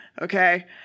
Okay